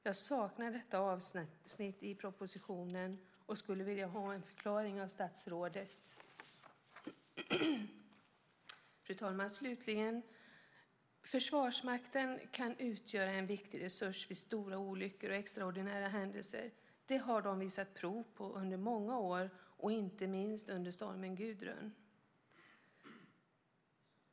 Jag saknar detta avsnitt i propositionen och skulle vilja ha en förklaring av statsrådet. Fru talman! Slutligen vill jag säga att Försvarsmakten kan utgöra en viktig resurs vid stora olyckor och extraordinära händelser. Det har man visat prov på under många år, inte minst under stormen Gudrun.